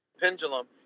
pendulum